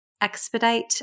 expedite